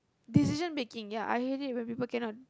decision making ya I hate it when people cannot